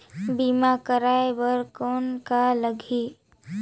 बीमा कराय बर कौन का लगही?